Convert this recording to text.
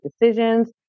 decisions